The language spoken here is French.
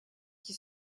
qui